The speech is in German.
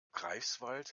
greifswald